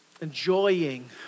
enjoying